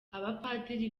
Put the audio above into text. abapadiri